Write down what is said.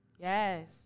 Yes